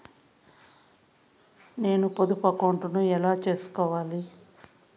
నేను పొదుపు అకౌంటు ను ఎలా సేసుకోవాలి?